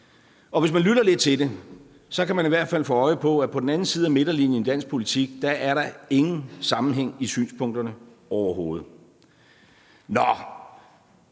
Hvis man lytter lidt til det, kan man i hvert fald forstå, at på den anden side af midterlinjen i dansk politik er der ingen sammenhæng i synspunkterne overhovedet. Kl.